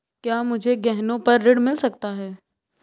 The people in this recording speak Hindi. क्या मुझे गहनों पर ऋण मिल सकता है?